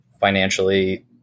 financially